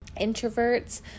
introverts